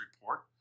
report